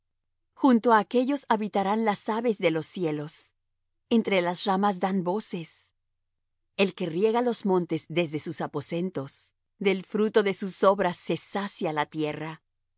junto á aquellos habitarán las aves de los cielos entre las ramas dan voces el que riega los montes desde sus aposentos del fruto de sus obras se sacia la tierra